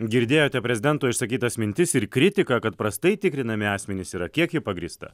girdėjote prezidento išsakytas mintis ir kritiką kad prastai tikrinami asmenys yra kiek ji pagrįsta